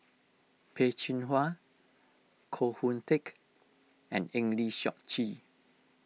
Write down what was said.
Peh Chin Hua Koh Hoon Teck and Eng Lee Seok Chee